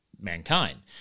mankind